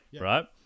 right